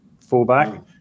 fullback